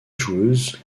joueuses